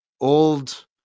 old